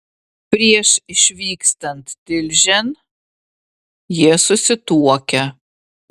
prieš išvykstant tilžėn jie susituokia